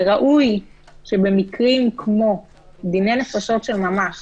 וראוי שבמקרים של דיני נפשות של ממש